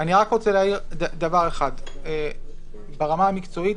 אני רק רוצה להעיר דבר אחד: ברמה המקצועית,